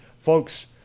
folks